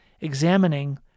examining